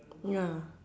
ya